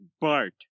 Bart